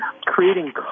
creating